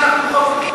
כשאנחנו מחוקקים.